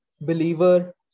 Believer